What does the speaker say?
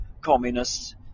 communists